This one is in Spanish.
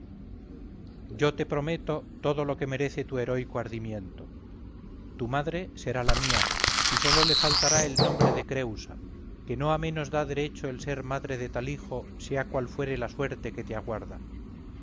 yo te prometo todo lo que merece tu heroico ardimiento tu madre será la mía y sólo le faltará el nombre de creúsa que no a menos da derecho el ser madre de tal hijo sea cual fuere la suerte que te aguarda